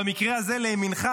במקרה הזה לימינך,